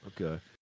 okay